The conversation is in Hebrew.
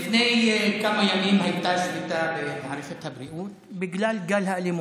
לפני כמה ימים הייתה שביתה במערכת הבריאות בגלל גל האלימות,